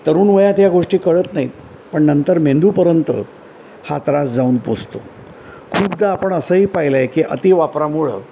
तर तरुण वयात या गोष्टी कळत नाहीत पण नंतर मेंदूपर्यंत हा त्रास जाऊन पोसतो खूपदा आपण असंही पाहिलं आहे की अतिवापरामुळं